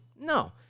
No